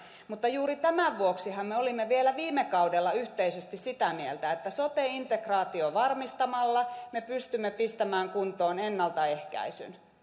mutta juuri tämän vuoksihan me olimme vielä viime kaudella yhteisesti sitä mieltä että sote integraation varmistamalla me pystymme pistämään kuntoon ennaltaehkäisyn